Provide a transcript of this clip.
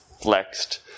flexed